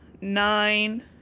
nine